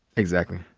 exactly.